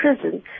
prison